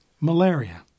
malaria